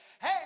hey